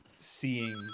seeing